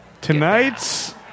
tonight's